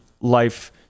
life